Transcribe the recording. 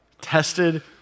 tested